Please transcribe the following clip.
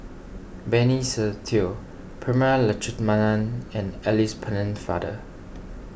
Benny Se Teo Prema Letchumanan and Alice Pennefather